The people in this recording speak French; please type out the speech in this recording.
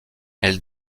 elle